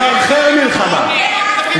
לחרחר מלחמה,